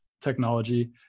technology